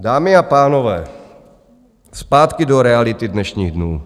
Dámy a pánové, zpátky do reality dnešních dnů.